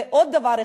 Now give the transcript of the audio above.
ועוד דבר אחד,